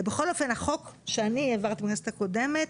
בכל אופן, החוק שאני העברתי בכנסת הקודמת